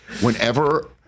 whenever